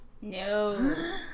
No